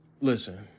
listen